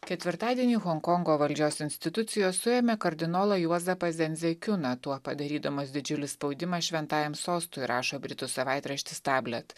ketvirtadienį honkongo valdžios institucijos suėmė kardinolą juozapą zenzekiuną tuo padarydamos didžiulį spaudimą šventajam sostui rašo britų savaitraštis tablet